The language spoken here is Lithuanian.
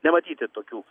nematyti tokių